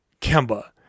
Kemba